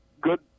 good